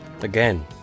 again